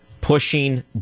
pushing